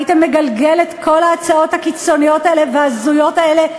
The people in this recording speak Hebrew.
היית מגלגל את כל ההצעות הקיצוניות האלה וההזויות האלה,